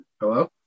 Hello